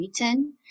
written